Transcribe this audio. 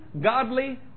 godly